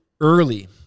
early